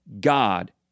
God